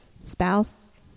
spouse